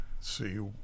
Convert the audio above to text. see